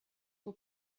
for